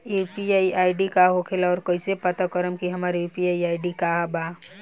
UPI ID का होखेला और कईसे पता करम की हमार यू.पी.आई आई.डी का बा?